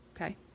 Okay